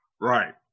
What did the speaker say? Right